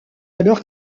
alors